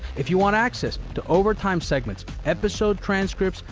if you want access to overtime segments, episode transcripts,